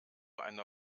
einer